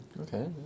Okay